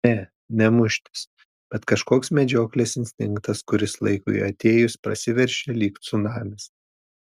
ne ne muštis bet kažkoks medžioklės instinktas kuris laikui atėjus prasiveržia lyg cunamis